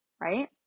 right